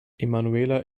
emanuela